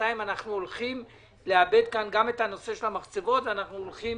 בינתיים אנחנו הולכים לאבד כאן גם את המחצבות והולכים